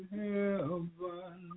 heaven